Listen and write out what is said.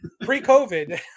Pre-COVID